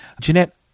Jeanette